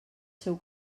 seu